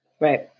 Right